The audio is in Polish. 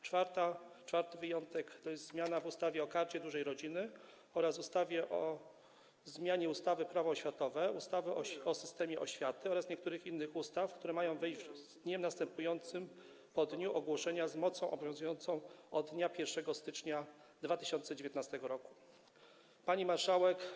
Czwarty wyjątek to są zmiany w ustawie o Karcie Dużej Rodziny oraz ustawie o zmianie ustawy Prawo oświatowe, ustawy o systemie oświaty oraz niektórych innych ustaw, które mają wejść w życie z dniem następującym po dniu ogłoszenia z mocą obowiązującą od dnia 1 stycznia 2019 r. Pani Marszałek!